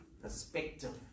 perspective